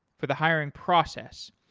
for the hiring process.